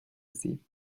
sie